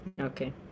Okay